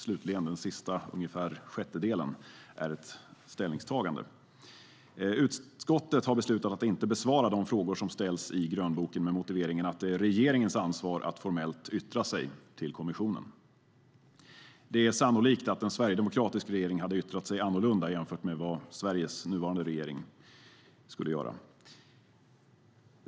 Den sista sjättedelen är ett ställningstagande. Utskottet har beslutat att inte besvara de frågor som ställs i grönboken med motiveringen att det är regeringens ansvar att formellt yttra sig till kommissionen. Det är sannolikt att en sverigedemokratisk regering hade yttrat sig annorlunda jämfört med vad Sveriges nuvarande regering skulle göra.